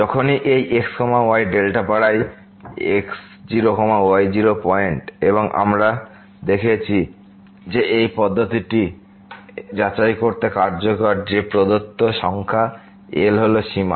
যখনই এই x y delta পাড়ায় x0 y0 পয়েন্ট এবং আমরা দেখেছি যে এই পদ্ধতিটি যাচাই করতে কার্যকর যে প্রদত্ত সংখ্যা L হল সীমা